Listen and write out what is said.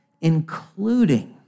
including